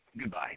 goodbye